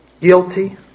Guilty